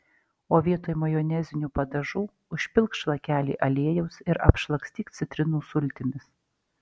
o vietoj majonezinių padažų užpilk šlakelį aliejaus ir apšlakstyk citrinų sultimis